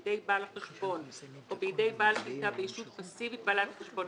בידי בעל החשבון או בעל השליטה בישות פסיבית בעלת החשבון,